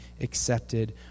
accepted